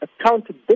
accountability